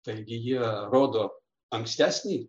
taigi jie rodo ankstesnį